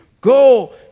Go